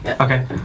okay